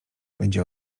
będzie